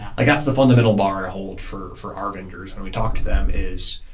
like that's the fundamental bar hold for for our vendors, and we talked to them, is,